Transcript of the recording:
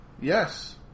Yes